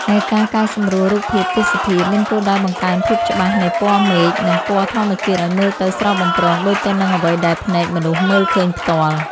ឯការកែសម្រួលរូបភាពទេសភាពមានគោលដៅបង្កើនភាពច្បាស់នៃពណ៌មេឃ និងពណ៌ធម្មជាតិឱ្យមើលទៅស្រស់បំព្រងដូចទៅនឹងអ្វីដែលភ្នែកមនុស្សមើលឃើញផ្ទាល់។